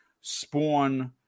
spawn